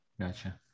gotcha